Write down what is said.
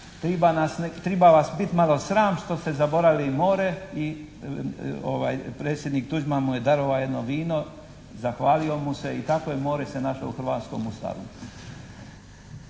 triba vas biti malo sram što ste zaboravili more i predsjednik Tuđman mu je darovao jedno vino, zahvalio mu se i tako je more se našlo u hrvatskom Ustavu.